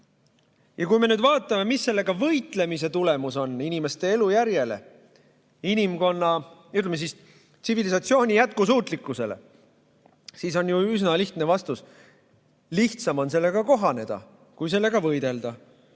Kui me nüüd vaatame, milline on sellega võitlemise tulemus inimeste elujärjele, inimkonna, tsivilisatsiooni jätkusuutlikkusele, siis on ju üsna lihtne vastus: lihtsam on sellega kohaneda kui sellega võidelda.